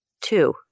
Two